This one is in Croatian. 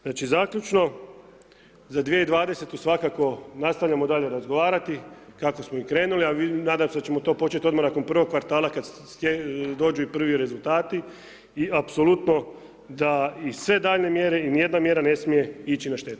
Znači, zaključno za 2020. svakako nastavljamo dalje razgovarati kako smo i krenuli, a nadam se da ćemo to početi odmah nakon prvog kvartala kad dođu i privi rezultati i apsolutno da i sve daljnje mjere i ni jedna mjera ne smije ići na štetu.